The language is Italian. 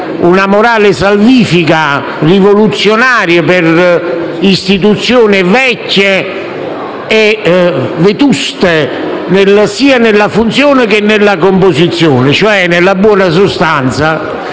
essere salvifica e rivoluzionaria per istituzioni vecchie e vetuste sia nella funzione, che nella composizione. In buona sostanza,